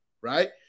Right